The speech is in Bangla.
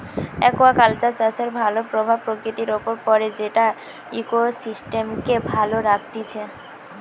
একুয়াকালচার চাষের ভাল প্রভাব প্রকৃতির উপর পড়ে যেটা ইকোসিস্টেমকে ভালো রাখতিছে